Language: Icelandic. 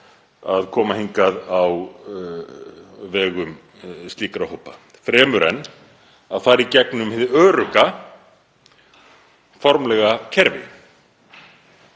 að koma hingað á vegum slíkra hópa fremur en að fara í gegnum hið örugga formlega kerfi.